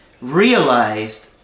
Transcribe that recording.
realized